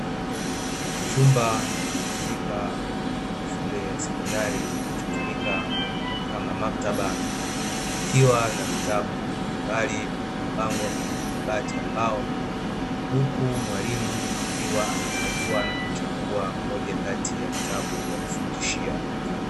Chumba katika shule ya sekondari kinachotumika kama maktaba , kikiwa na vitabu mbalimbali ambavyo vimepangwa kwenye makabati ya mbao, Huku mwalimu akiwa anakagua na kuchagua Moja Kati ya vitabu vya kufundishia.